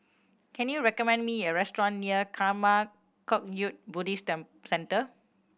can you recommend me a restaurant near Karma Kagyud Buddhist Centre